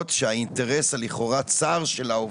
לרבות בדרום.